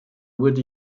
wurde